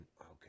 Okay